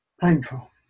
painful